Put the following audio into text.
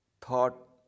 thought